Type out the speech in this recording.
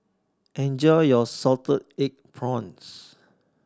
enjoy your salted egg prawns